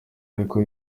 ariko